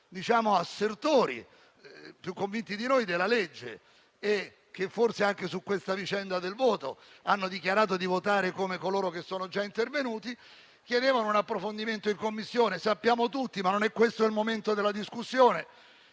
sono assertori più convinti di noi del disegno di legge, e che forse anche su questa vicenda del voto hanno dichiarato di votare come coloro che sono già intervenuti, hanno chiesto un approfondimento in Commissione, come sappiamo tutti - ma non è questo il momento della discussione